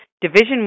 Division